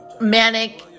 manic